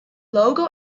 logo